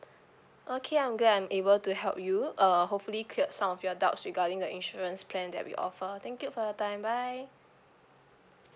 okay I'm glad I'm able to help you uh hopefully cleared some of your doubts regarding the insurance plan that we offer thank you for your time bye